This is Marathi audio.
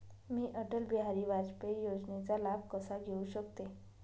मी अटल बिहारी वाजपेयी योजनेचा लाभ कसा घेऊ शकते?